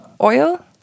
oil